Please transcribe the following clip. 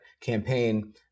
campaign